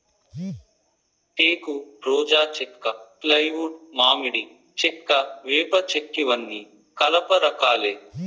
టేకు, రోజా చెక్క, ఫ్లైవుడ్, మామిడి చెక్క, వేప చెక్కఇవన్నీ కలప రకాలే